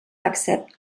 accept